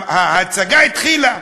ההצגה התחילה.